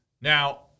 Now